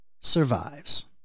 survives